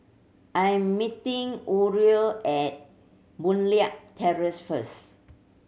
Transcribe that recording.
I am meeting Uriel at Boon Leat Terrace first